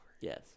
Yes